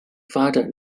发展